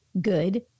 good